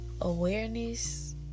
Awareness